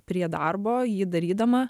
prie darbo jį darydama